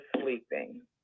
sleeping